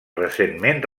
recentment